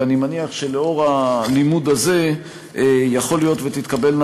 ואני מניח שלאור הלימוד הזה יכול להיות שתתקבלנה